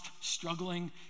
struggling